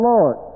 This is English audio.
Lord